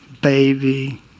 baby